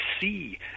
see